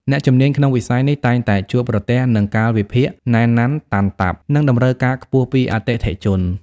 អ្នកជំនាញក្នុងវិស័យនេះតែងតែជួបប្រទះនឹង កាលវិភាគណែនណាន់តាន់តាប់ និងតម្រូវការខ្ពស់ពីអតិថិជន។